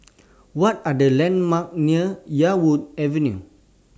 What Are The landmarks near Yarwood Avenue